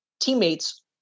teammates